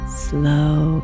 slow